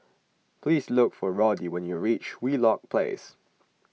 please look for Roddy when you reach Wheelock Place